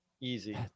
easy